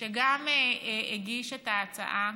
שגם הגיש את ההצעה